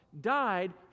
died